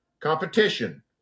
competition